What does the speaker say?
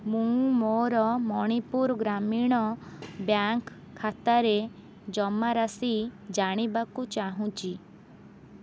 ମୁଁ ମୋର ମଣିପୁର ଗ୍ରାମୀଣ ବ୍ୟାଙ୍କ୍ ଖାତାରେ ଜମାରାଶି ଜାଣିବାକୁ ଚାହୁଁଛି